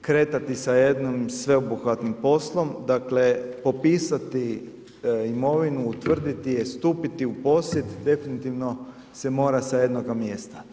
kretati sa jednom sveobuhvatnim poslom, dakle popisati imovinu, utvrditi je, stupiti u posjed definitivno se mora sa jednoga mjesta.